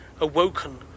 awoken